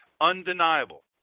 undeniable